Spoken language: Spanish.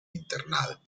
internado